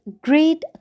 great